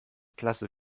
klasse